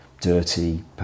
dirty